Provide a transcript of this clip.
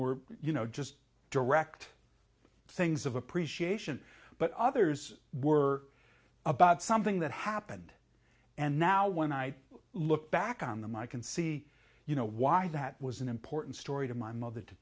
were you know just direct things of appreciation but others were about something that happened and now when i look back on them i can see you know why that was an important story to my mother to